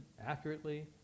accurately